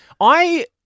I-